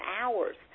hours